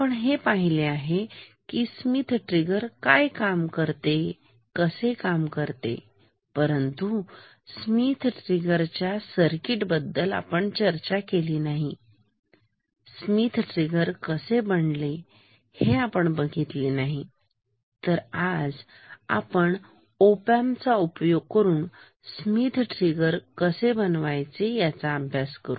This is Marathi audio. आपण पाहिले आहे स्मिथ ट्रिगर काय काम करते कसे काम करतेपरंतु आपण स्मिथ ट्रिगर च्या सर्किट बद्दल चर्चा केली नाही आणि स्मिथ ट्रिगर कसे बनले हे आपण बघितले नाही तर आज आपण ओपॅम्प चा उपयोग करून स्मिथ ट्रिगर कसे बनवायचे याचा अभ्यास करू